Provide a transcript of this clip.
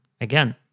again